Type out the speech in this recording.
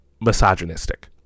misogynistic